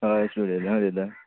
हय स्टुडयोंतल्यान उलयतां